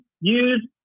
use